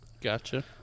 Gotcha